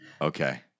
Okay